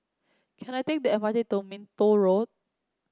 can I take the M R T to Minto Road